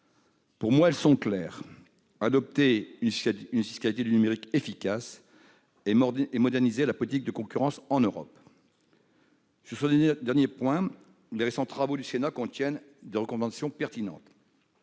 sont très claires : il convient d'adopter une fiscalité du numérique efficace et de moderniser la politique de la concurrence en Europe. Sur ce dernier point, les récents travaux du Sénat contiennent des recommandations pertinentes.